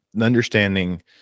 understanding